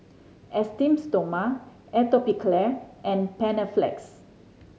Esteem Stoma Atopiclair and Panaflex